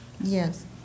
Yes